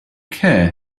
care